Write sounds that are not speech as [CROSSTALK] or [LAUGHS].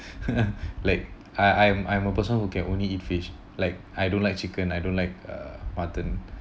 [LAUGHS] like I I'm I'm a person who can only eat fish like I don't like chicken I don't like uh mutton